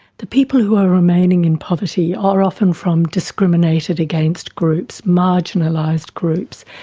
the people who are remaining in poverty are often from discriminated-against groups, marginalised groups,